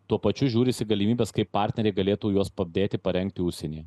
tuo pačiu žiūrisi galimybes kaip partneriai galėtų juos padėti parengti užsienyje